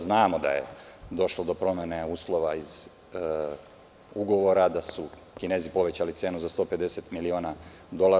Znamo da je došlo do promene uslova iz ugovora, da su Kinezi povećali cenu za 150 miliona dolara.